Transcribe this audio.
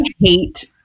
hate